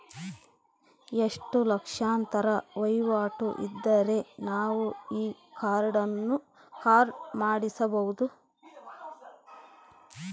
ಎಷ್ಟು ಲಕ್ಷಾಂತರ ವಹಿವಾಟು ಇದ್ದರೆ ನಾವು ಈ ಕಾರ್ಡ್ ಮಾಡಿಸಬಹುದು?